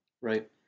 right